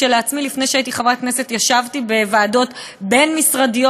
לפני שהייתי חברת כנסת ישבתי בוועדות בין-משרדיות